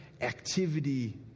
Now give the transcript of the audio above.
activity